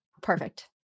Perfect